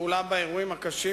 וטיפולה באירועים הקשים,